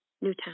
Newtown